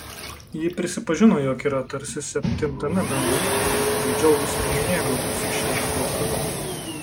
ji prisipažino jog yra tarsi septintame danguje bei labai džiaugiasi ir mėgaujasi šiuo laukimu